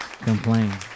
complain